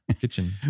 kitchen